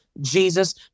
Jesus